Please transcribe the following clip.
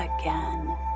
again